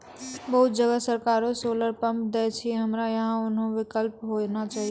बहुत जगह सरकारे सोलर पम्प देय छैय, हमरा यहाँ उहो विकल्प होना चाहिए?